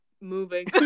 moving